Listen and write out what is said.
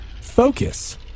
focus